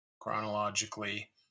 Chronologically